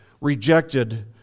rejected